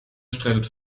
streitet